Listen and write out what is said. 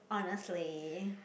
honestly